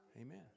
amen